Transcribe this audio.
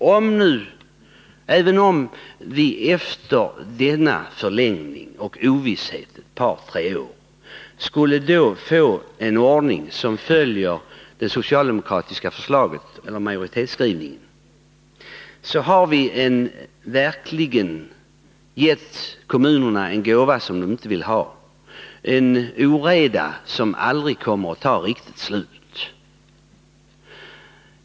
Även om vi efter denna förlängning och ovisshet ett par tre år skulle få en ordning som följer det socialdemokratiska förslaget — eller majoritetsskrivningen — har vi gett kommunerna en gåva som de verkligen inte vill ha, en oreda som aldrig kommer att riktigt ta slut.